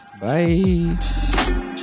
Bye